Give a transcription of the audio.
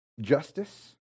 justice